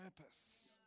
purpose